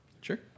Sure